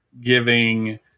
giving